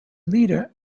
leader